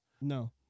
No